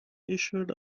issued